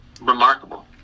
remarkable